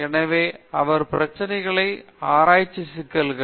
எனவே அவரது பிரச்சினைகள் ஆராய்ச்சி சிக்கல்கள்